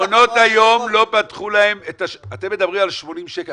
מעונות היום לא פתחו להם את ה אתם מדברים על 80 שקל,